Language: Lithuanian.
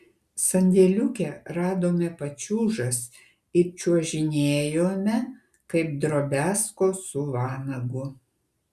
sandėliuke radome pačiūžas ir čiuožinėjome kaip drobiazko su vanagu